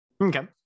Okay